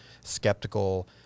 skeptical